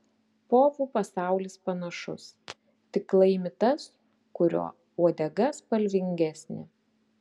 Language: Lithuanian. povų pasaulis panašus tik laimi tas kurio uodega spalvingesnė